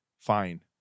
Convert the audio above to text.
fine